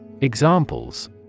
Examples